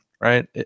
Right